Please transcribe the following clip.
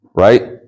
right